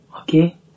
Okay